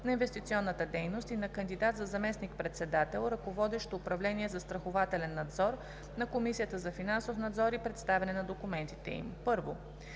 на инвестиционната дейност“, и на кандидат за заместник-председател, ръководещ управление „Застрахователен надзор“, на Комисията за финансов надзор, представяне и публично